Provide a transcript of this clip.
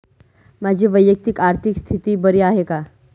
माझी वैयक्तिक आर्थिक स्थिती बरी आहे का?